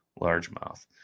largemouth